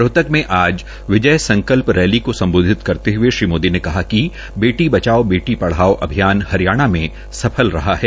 रोहतक में आज विजय संकल्प रैली को सम्बोधित करते हये श्री मोदी ने कहा कि बेटी बचाओ बेटी पढ़ाओ अभियान हरियाणा में सफल रहा है